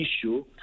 issue